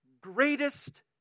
greatest